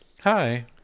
Hi